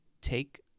take